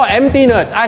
emptiness